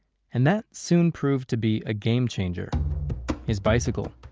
and that soon proved to be a game changer his bicycle.